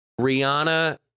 Rihanna